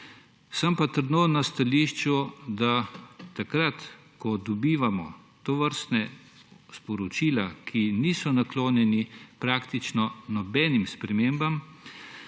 Sem pa trdno na stališču, da takrat, ko dobivamo tovrstna sporočila, ki niso naklonjena praktično nobenim spremembam,